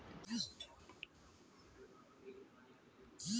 coupon एक ticket या दस्तावेज़ है